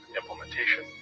implementation